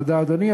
תודה, אדוני.